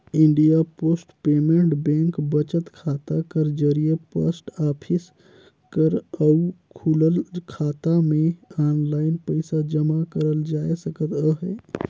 India post payment bank बचत खाता कर जरिए पोस्ट ऑफिस कर अउ खुलल खाता में आनलाईन पइसा जमा करल जाए सकत अहे